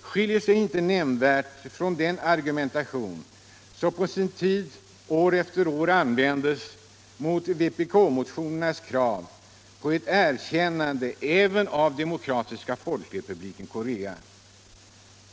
skiljer sig inte nämnvärt från den argumentation som på sin tid år efter år användes mot vpk-motionernas krav på ett svenskt erkännande även av Demokratiska folkrepubliken Korea.